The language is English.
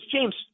James